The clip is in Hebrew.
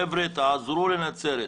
חבר'ה, תעזרו לנצרת.